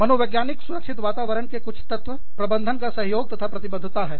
और मनोवैज्ञानिक सुरक्षित वातावरण के कुछ तत्व प्रबंधन का सहयोग तथा प्रतिबद्धता है